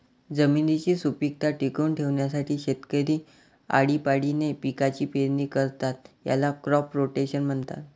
जमिनीची सुपीकता टिकवून ठेवण्यासाठी शेतकरी आळीपाळीने पिकांची पेरणी करतात, याला क्रॉप रोटेशन म्हणतात